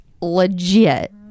legit